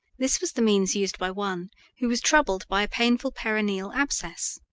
this was the means used by one who was troubled by a painful perineal abscess.